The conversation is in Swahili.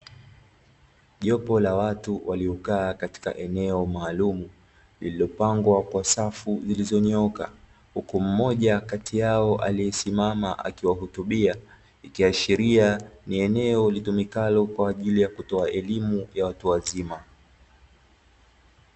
Jopo la watu waliokaa katika eneo maalumu lililopangwa kwa safu zilizonyooka, uku mmoja kati yao aliyesimama akiwahutubia ikiashiria ni eneo litumikalo kwa ajili ya kutoa elimu ya watu wazima.